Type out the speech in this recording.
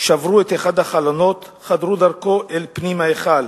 שברו את אחד החלונות, חדרו דרכו אל פנים ההיכל.